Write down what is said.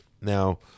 now